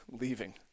leaving